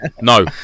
No